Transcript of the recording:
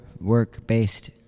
work-based